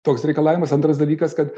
toks reikalavimas antras dalykas kad